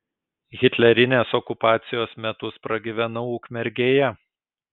hitlerinės okupacijos metus pragyvenau ukmergėje